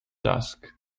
task